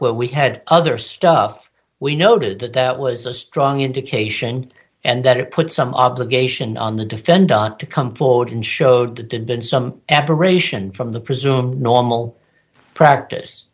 what we had other stuff we noted that that was a strong indication and that it put some obligation on the defendant to come forward and showed that they'd been some aberration from the presumed normal practice